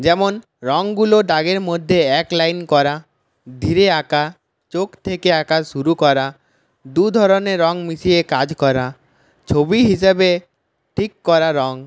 যেমন রঙগুলো দাগের মধ্যে এক লাইন করা ধীরে আঁকা চোখ থেকে আঁকা শুরু করা দুধরনের রঙ মিশিয়ে কাজ করা ছবি হিসাবে ঠিক করা রঙ